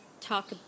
talk